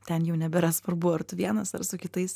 ten jau nebėra svarbu ar tu vienas ar su kitais